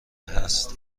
است